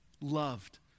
loved